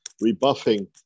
rebuffing